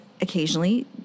occasionally